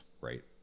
right